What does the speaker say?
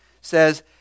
says